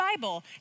Bible